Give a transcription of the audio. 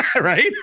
Right